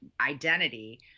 identity